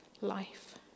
life